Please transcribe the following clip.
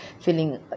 feeling